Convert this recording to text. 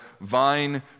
vine